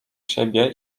siebie